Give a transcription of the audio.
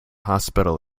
hospital